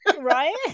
Right